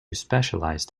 specialised